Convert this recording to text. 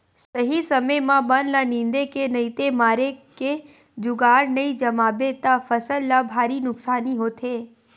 सही समे म बन ल निंदे के नइते मारे के जुगाड़ नइ जमाबे त फसल ल भारी नुकसानी होथे